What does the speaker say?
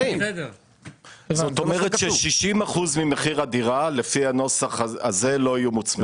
זה 20%. זאת אומרת ש-60% ממחיר הדירה לפי הנוסח הזה לא יהיו מוצמדים.